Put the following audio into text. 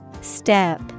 step